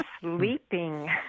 sleeping